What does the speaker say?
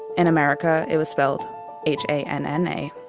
in america it was spelled h a n n a.